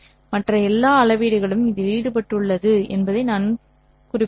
மற்ற எல்லா அளவீடுகளும் இதில் ஈடுபட்டுள்ளன என்பதை நான் குறிக்கிறேன்